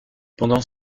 pendant